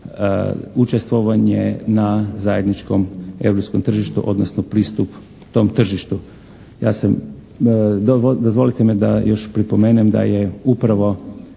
učestvovanje na zajedničkom europskom tržištu odnosno pristup tom tržištu.